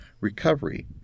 recovery